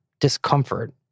discomfort